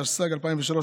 התשס"ג 2003,